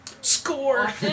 Score